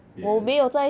yes